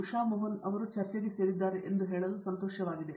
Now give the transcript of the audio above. ಉಷಾ ಮೋಹನ್ ಚರ್ಚೆಗೆ ಸೇರಿದ್ದಾರೆ ಎಂದು ಹೇಳಲು ಸಂತೋಶವಾಗಿದೆ